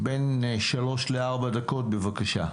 בין שלוש לארבע דקות, בבקשה.